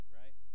right